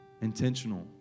intentional